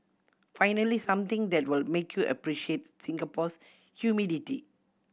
finally something that will make you appreciate Singapore's humidity